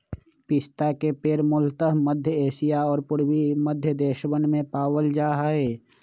पिस्ता के पेड़ मूलतः मध्य एशिया और पूर्वी मध्य देशवन में पावल जा हई